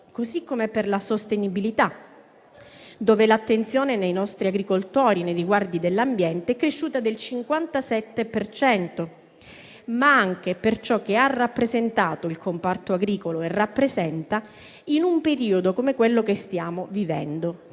Così come per la sostenibilità, dove l'attenzione dei nostri agricoltori nei riguardi dell'ambiente è cresciuta del 57 per cento, ma anche per ciò che il comparto agricolo ha rappresentato e rappresenta in un periodo come quello che stiamo vivendo: